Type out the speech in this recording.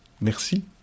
Merci